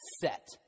set